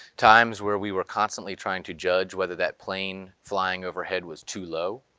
times where we were constantly trying to judge whether that plane flying overhead was too low,